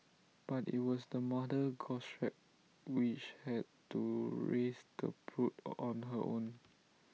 but IT was the mother goshawk which had to raise the brood on her own